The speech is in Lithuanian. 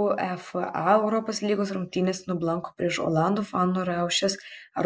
uefa europos lygos rungtynės nublanko prieš olandų fanų riaušes